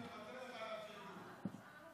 בבקשה.